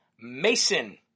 Mason